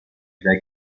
dai